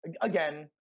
again